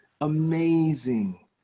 amazing